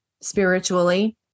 spiritually